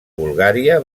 bulgària